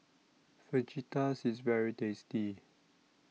Fajitas IS very tasty